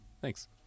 Thanks